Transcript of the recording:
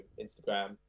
Instagram